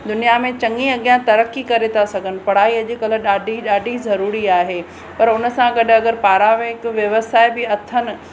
दुनियां में चङी अॻियां तरक़ी करे था सघनि पढ़ाई अॼुकल्ह ॾाढी ॾाढी ज़रूरी आहे पर हुनसां गॾु अगरि पारां वे हिकु व्यवस्थाए बि अथनि